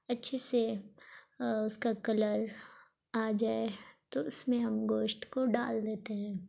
اچھے سے اس کا کلر آ جائے تو اس میں ہم گوشت کو ڈال دیتے ہیں